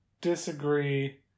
disagree